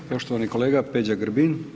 Poštovani kolega Peđa Grbin.